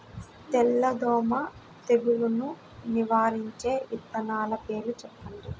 తెల్లదోమ తెగులును నివారించే విత్తనాల పేర్లు చెప్పండి?